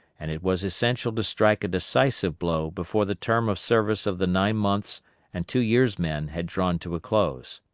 and it was essential to strike a decisive blow before the term of service of the nine months' and two years' men had drawn to a close.